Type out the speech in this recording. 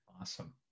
Awesome